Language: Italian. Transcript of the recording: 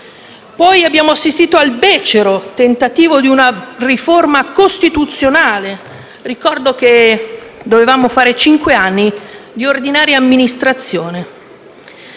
Poi abbiamo assistito al becero tentativo di riforma costituzionale e ricordo che avremmo dovuto fare cinque anni di ordinaria amministrazione.